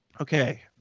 Okay